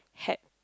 hat